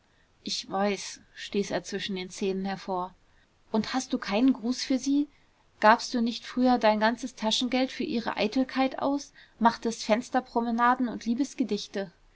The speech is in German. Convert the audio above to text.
ich weiß stieß er zwischen den zähnen hervor und hast keinen gruß für sie gabst du nicht früher dein ganzes taschengeld für ihre eitelkeit aus machtest fensterpromenaden und